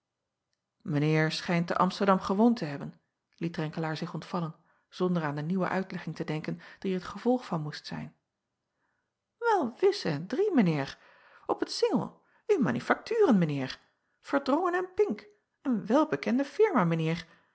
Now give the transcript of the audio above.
schijnt te msterdam gewoond te hebben liet renkelaer zich ontvallen zonder aan de nieuwe uitlegging te denken die er t gevolg van moest zijn el wis en drie mijn eer p t ingel n manufakturen mijn eer erdrongen en ink een welbekende firma